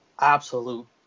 absolute